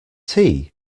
tea